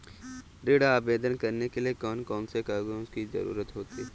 ऋण आवेदन करने के लिए कौन कौन से कागजों की जरूरत होती है?